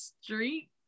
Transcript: street